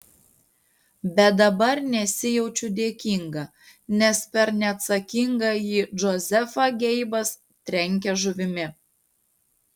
bet dabar nesijaučiu dėkinga nes per neatsakingąjį džozefą geibas trenkia žuvimi